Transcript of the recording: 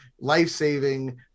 life-saving